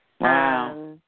Wow